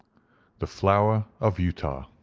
the flower of utah.